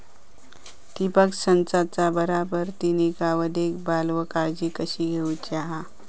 ठिबक संचाचा बराबर ती निगा व देखभाल व काळजी कशी घेऊची हा?